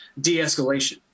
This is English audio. de-escalation